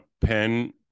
pen